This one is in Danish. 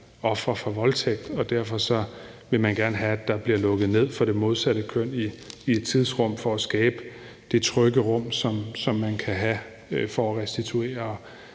ofre for voldtægt og man derfor gerne vil have, at der bliver lukket ned for det modsatte køn i et tidsrum, for at man kan skabe det trygge rum, som man kan have brug for for at restituere.